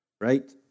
Right